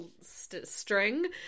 string